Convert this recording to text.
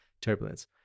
turbulence